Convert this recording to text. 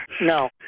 No